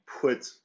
put